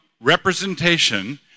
representation